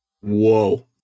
whoa